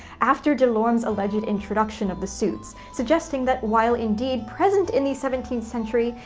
after de lorme's alleged introduction of the suits, suggesting that, while indeed present in the seventeenth century,